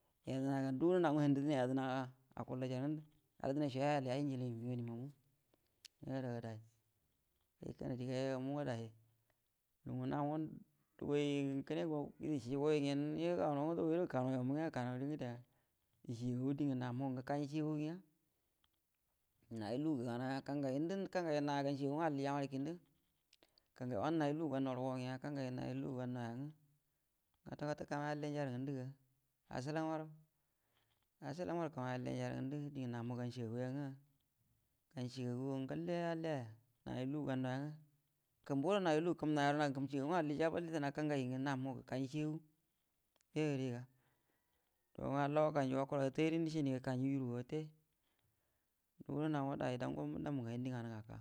Yadəna ga ndugudo nau nga hamində dənai yaəna akullanjarə ngundu ha dinaisho yayal yaji ujili migau hin mamu yo adaga dai sai kanadiga yo yo munga dai nau nga dugai kəne ishigai ngen gaunau dugaido gəkanau yo mu nya gəkanau ngədeya ishijigagu dungə namu ngə gəka shigagunya nayu lugu gəka nauya kangai ngundu kangai namu gah shigagu nga alliye mare kində wanə nuyu lugu gannauya nga kwata kwata kamai alliyanja aslam mare-aslan maro kanai alliyanja yashigaguga nga ganshigagugo ngalle alliyaya nayu lugu gannauya nga kumbudo nayu lugu kəmuau yero namburu kum shigagu nga allija balla etana kangai ngə haunu gan shigagu yoyuriga dau nga halla wakanju wakwaragə taire mishaniga kauju juruga wate ndugudo nan nga dai dango dawate ndugudo nan nga dai dango dammu ngə haiu di nganə ngə aka.